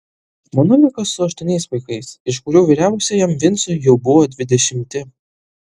žmona liko su aštuoniais vaikais iš kurių vyriausiajam vincui jau buvo dvidešimti